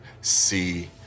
see